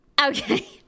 Okay